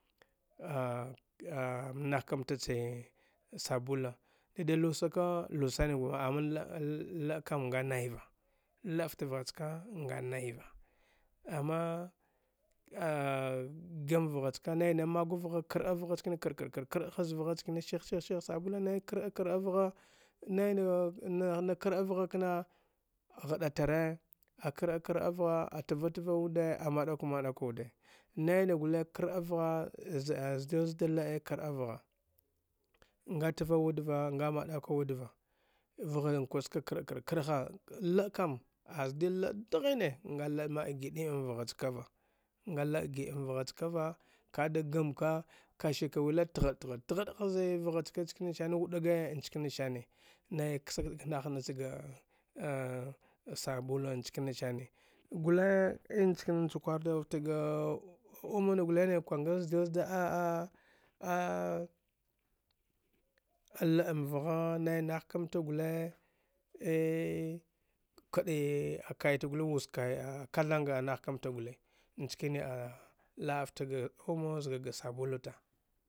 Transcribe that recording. nah kamta che sabula dida lusaka lus sani la’a kam nga naiva la’afta vgha cka nga naiva ama gam vghachka naina magwa vhja kar avgha ckani kar’a kara kar’a haz vgha chkani shih-shih shih sabula naina kara kara vgha naina nah na ka’a vgha kna ghaɗatare a kar’a-kar’a vgha a tva-tva wude a maɗakwa- maɗakwa wude naina gule kar’a vgha nga tva wud va nga maɗakwa wudva vghankwe ski kara kara kara ha l’akam azdil la’a dghine nga la’a ma’a gidim vgha chkava nga la’a gi am vgha chka va kada gamka kashi ka wile tgha’a-tgha’a tgha’a hazi vgha chka chkanisani wuɗagi nchkanisane nai ksag chaga nah na chi sabula nchkani sane gule inchkan cha kwardaud flata gaa omu na gule nai na kwangil zdil zda a la’amvgha nai na kamta gle kaɗee a kaite guli wuz kai a kathang a nah kamta gule nchkani a la’a fta ga omu zgaga sabula ta.